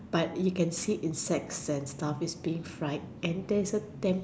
but you can see insects and stuff that is being fried and theres a damn